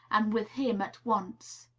and with him at once.